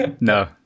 No